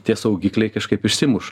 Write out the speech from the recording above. tie saugikliai kažkaip išsimuša